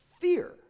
Fear